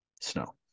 snow